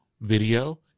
video